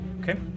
Okay